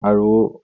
আৰু